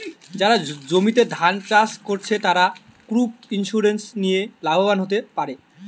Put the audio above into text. যারা জমিতে ধান চাষ কোরছে, তারা ক্রপ ইন্সুরেন্স লিয়ে লাভবান হোতে পারে